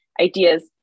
ideas